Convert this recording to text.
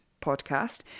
Podcast